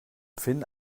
finn